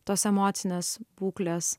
tos emocinės būklės